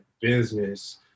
business